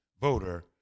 voter